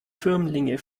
firmlinge